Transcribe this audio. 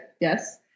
Yes